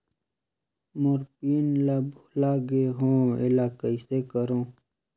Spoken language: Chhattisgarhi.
मोर पिन ला भुला गे हो एला कइसे करो?